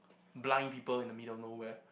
blind people in the middle of nowhere